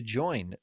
join